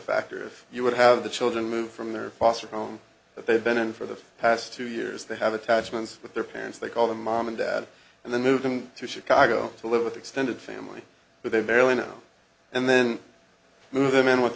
factor if you would have the children move from their foster home if they've been in for the past two years they have attachments with their parents they call them mom and dad and then move them to chicago to live with extended family but they barely know and then move them in with